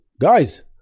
guys